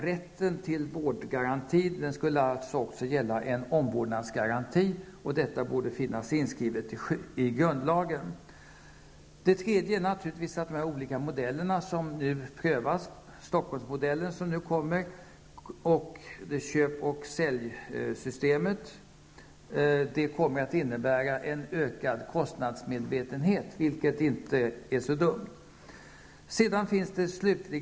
Rätten till vårdgaranti skulle alltså gälla också en omvårdnadsgaranti. Detta borde finnas inskrivet i grundlagen. De olika modeller som nu prövas, Stockholmsmodellen, som är på väg, och köp och säljsystemet, kommer att innebära en ökad kostnadsmedvetenhet, vilket inte är så dumt.